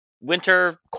winter